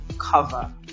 cover